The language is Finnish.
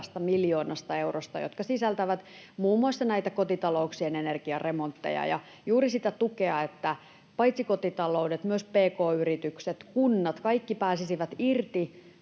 miljoonasta eurosta, ja ne sisältävät muun muassa näitä kotitalouksien energiaremontteja ja juuri sitä tukea, että paitsi kotitaloudet myös pk-yritykset, kunnat, kaikki, pääsisivät irti